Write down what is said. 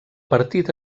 partit